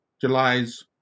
july's